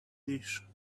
dish